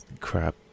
Crap